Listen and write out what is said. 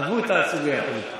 עזבו את הסוגיה הפוליטית,